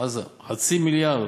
חצי מיליארד,